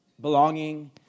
belonging